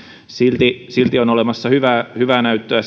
silti silti on olemassa hyvää hyvää näyttöä